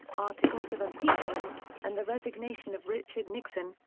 articles of impeachment, and the resignation of richard nixon,